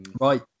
Right